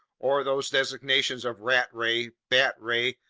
or those designations of rat ray, bat ray,